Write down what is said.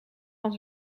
van